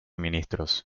ministros